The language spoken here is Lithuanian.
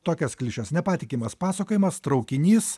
tokias klišes nepatikimas pasakojimas traukinys